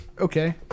Okay